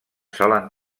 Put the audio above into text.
solen